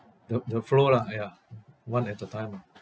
the the flow lah ya one at a time ah